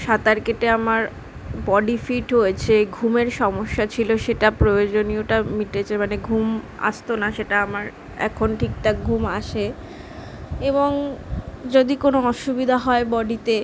সাঁতার কেটে আমার বডি ফিট হয়েছে ঘুমের সমস্যা ছিলো সেটা প্রয়োজনীয়টা মিটেছে মানে ঘুম আসতো না সেটা আমার এখন ঠিকঠাক ঘুম আসে এবং যদি কোনো অসুবিধা হয় বডিতে